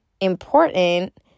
important